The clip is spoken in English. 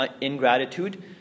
ingratitude